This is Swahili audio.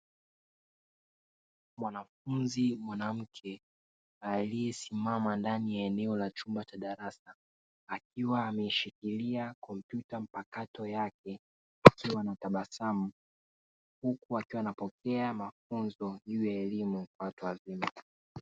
Mwanafunzi mwanamke aliyesimama ndani ya eneo la chumba cha darasa akiwa ameshikilia kompyuta mpakato yake, akiwa anatabasau huku akiwa anapokea mafunzo juu ya elimu ya watu wazima.